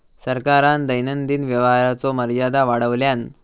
सरकारान दैनंदिन व्यवहाराचो मर्यादा वाढवल्यान